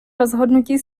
rozhodnutí